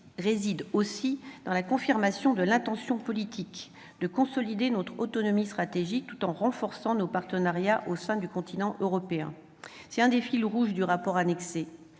réside aussi dans la confirmation de l'intention politique de consolider notre autonomie stratégique tout en renforçant nos partenariats au sein du continent européen. C'est un des fils rouges du rapport annexé.